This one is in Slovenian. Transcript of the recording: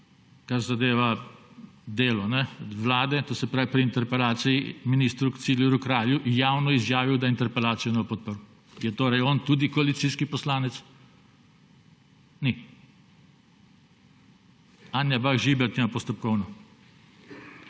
kar zadeva delo Vlade, to se pravi pri interpelaciji ministru Ciglerju Kralju, javno izjavil, da interpelacije ne bo podprl. Je torej on tudi koalicijski poslanec? Ni. Anja Bah Žibert ima postopkovno.